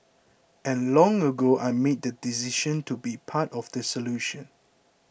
and long ago I made the decision to be part of the solution